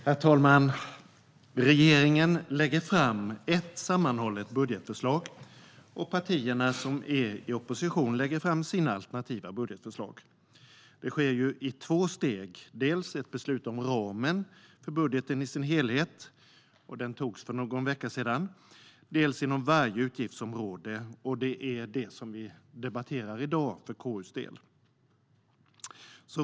Herr talman! Regeringen lägger fram ett sammanhållet budgetförslag, och partierna i opposition lägger fram sina alternativa budgetförslag. Detta sker i två steg, dels beslut om ramen för budgeten i dess helhet - och detta beslut togs för någon vecka sedan - dels inom varje utgiftsområde, och det är detta som vi här debatterar för KU:s del.